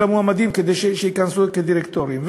למועמדים כדי שייכנסו כדירקטורים.